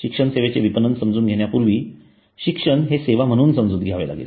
शिक्षण सेवेचे विपणन समजून घेण्यापूर्वी शिक्षण हे सेवा म्हणून समजून घ्यावे लागेल